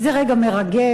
זה רגע מרגש,